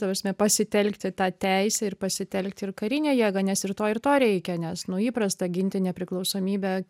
ta prasme pasitelkti tą teisę ir pasitelkti ir karinę jėgą nes ir to ir to reikia nes nu įprasta ginti nepriklausomybę